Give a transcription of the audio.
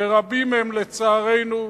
ורבים הם, לצערנו,